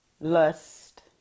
lust